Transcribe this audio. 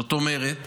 זאת אומרת